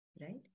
right